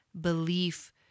belief